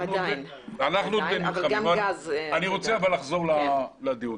אני רוצה לחזור לדיון.